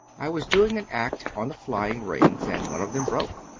i was doing an act on the flying rings, and one of em broke.